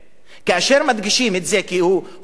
כאשר מדגישים את זה שהוא חייל,